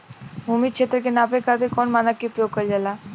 भूमि क्षेत्र के नापे खातिर कौन मानक के उपयोग कइल जाला?